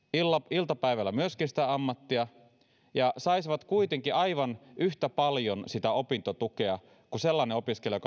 iltapäivällä myöskin sitä ammattia ja saisivat kuitenkin aivan yhtä paljon opintotukea kuin sellainen opiskelija